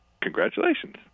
Congratulations